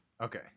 okay